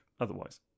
otherwise